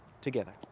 together